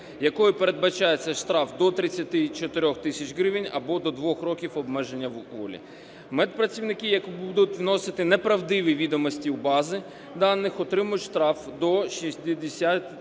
якою передбачається штраф до 34 тисяч гривень або до 2 років обмеження волі. Медпрацівники, які будуть вносити неправдиві відомості в бази даних, отримають штраф до 68 тисяч гривень